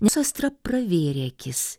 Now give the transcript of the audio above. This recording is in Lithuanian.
nes astra pravėrė akis